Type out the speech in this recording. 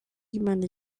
imana